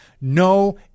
No